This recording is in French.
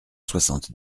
soixante